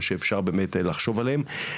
או שאפשר באמת לחשוב עליהם.